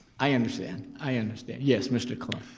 i understand, i understand, yes mr. cologne.